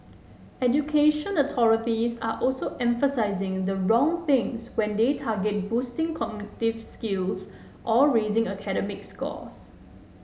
education authorities are also emphasising the wrong things when they target boosting cognitive skills or raising academic scores